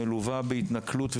שמלווה באלימות ובהתנכלות,